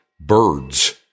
birds